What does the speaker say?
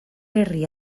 herri